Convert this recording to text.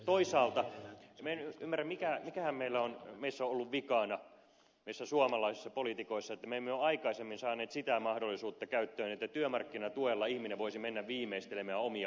toisaalta en ymmärrä mikähän meissä suomalaisissa poliitikoissa on ollut vikana että me emme ole aikaisemmin saaneet sitä mahdollisuutta käyttöön että työmarkkinatuella ihminen voisi mennä viimeistelemään omia opintojaan